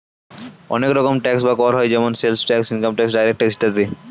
অনেক রকম ট্যাক্স বা কর হয় যেমন sales tax, income tax, direct tax ইত্যাদি